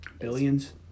Billions